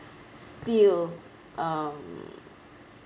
still um